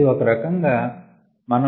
ఇది ఈ రకం గా ఉంటుంది